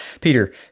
Peter